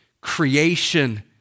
creation